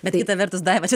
bet kita vertus daiva čia